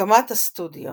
הקמת הסטודיו